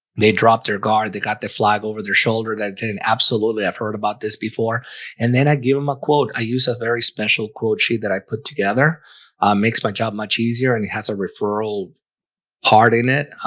they drop their guard? they got the flag over their shoulder that didn't absolutely i've heard about this before and then i give him a quote i use a very special quote sheet that i put together makes my job much easier and it has a referral part in it